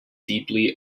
deeply